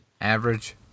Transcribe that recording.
Average